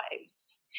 lives